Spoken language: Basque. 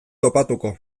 topatuko